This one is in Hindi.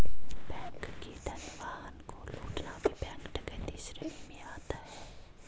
बैंक के धन वाहन को लूटना भी बैंक डकैती श्रेणी में आता है